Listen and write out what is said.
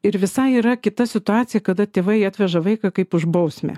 ir visai yra kita situacija kada tėvai atveža vaiką kaip už bausmę